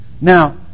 Now